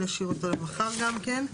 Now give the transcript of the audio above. נשאיר אותו למחר גם כן.